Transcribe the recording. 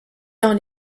dans